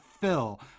fill